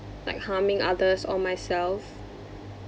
like harming others or myself